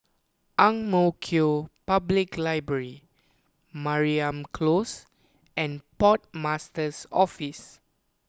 Ang Mo Kio Public Library Mariam Close and Port Master's Office